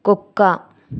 కుక్క